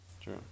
true